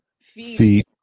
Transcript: feet